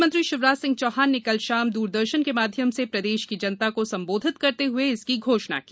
म्ख्यमंत्री शिवराज सिंह चौहान ने कल शाम दुरदर्शन के माध्यम से प्रदेश की जनता को संबोधित करते हए इसकी घोषणा की